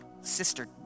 sister